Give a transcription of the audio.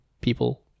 people